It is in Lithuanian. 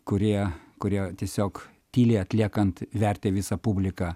kurie kurie tiesiog tyliai atliekant vertė visą publiką